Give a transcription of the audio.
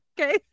Okay